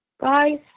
guys